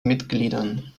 mitgliedern